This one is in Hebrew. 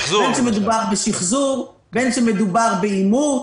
בין שמדובר בשחזור, בין שמדובר בעימות.